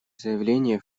заявление